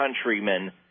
countrymen